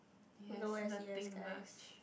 it has nothing much